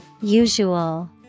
Usual